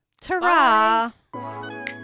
Ta-ra